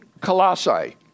Colossae